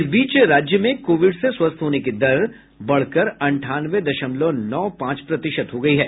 इस बीच राज्य में कोविड से स्वस्थ होने की दर अब बढ़कर अंठानवे दशमलव नौ पांच प्रतिशत हो गई है